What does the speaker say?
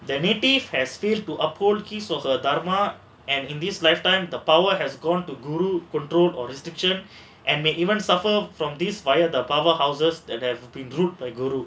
their native has failed to uphold key social karma and in this lifetime the power has gone to guru control or restriction and may even suffer from these via the powerhouses and have been group by guru